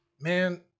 Man